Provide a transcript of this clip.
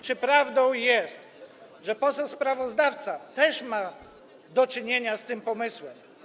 Czy prawdą jest, że poseł sprawozdawca też ma do czynienia z tym pomysłem?